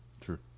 True